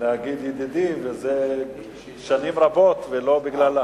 להגיד ידידי, זה מזה שנים רבות ולא בגלל התפקיד.